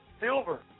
silver